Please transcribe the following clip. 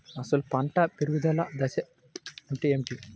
అసలు పంట పెరుగుదల దశ అంటే ఏమిటి?